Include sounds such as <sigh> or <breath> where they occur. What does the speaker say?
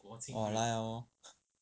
orh 来 liao lor <breath>